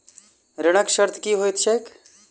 ऋणक शर्त की होइत छैक?